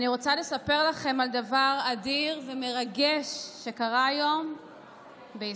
אני רוצה לספר לכם על דבר אדיר ומרגש שקרה היום בישראל,